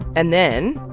and then,